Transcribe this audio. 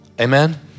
amen